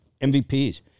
MVPs